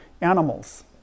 animals